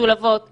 משולבות בתנאים,